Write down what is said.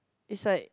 it's like